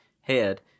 head